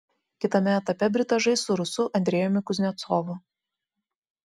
kitame etape britas žais su rusu andrejumi kuznecovu